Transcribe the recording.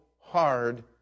hard